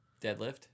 Deadlift